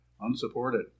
unsupported